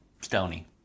Stony